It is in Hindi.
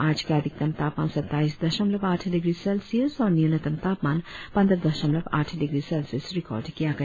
आज का अधिकतम तापमान सत्ताईस दशमलव आठ डिग्री सेस्लियस और न्यूनतम तापमान पंद्रह दशमलव आठ डिग्री सेल्सियस रिकॉर्ड किया गया